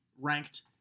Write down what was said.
ranked